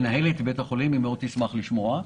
היא תשמח מאוד לשמוע.